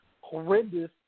horrendous